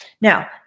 Now